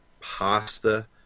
pasta